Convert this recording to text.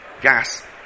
gas